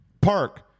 Park